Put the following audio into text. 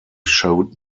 showed